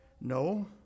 No